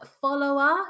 follower